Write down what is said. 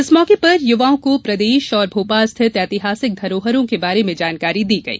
इस मौके पर युवाओं को प्रदेश और मोपाल स्थित ऐतिहासिक धरोहरों के बारे में जानकारी दी गई